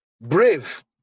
Brave